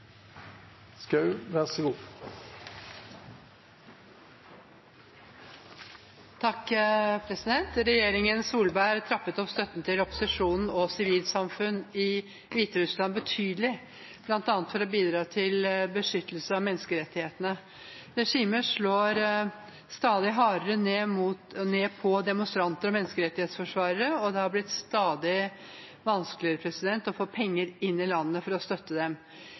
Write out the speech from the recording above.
Solberg trappet opp støtten til opposisjonen og sivilt samfunn i Hviterussland betydelig, blant annet for å bidra til beskyttelse av menneskerettighetene. Regimet slår stadig hardere ned på demonstranter og menneskerettighetsforsvarere, og det har blitt stadig vanskeligere å få penger inn i landet for å støtte dem.